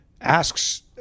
asks